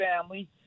family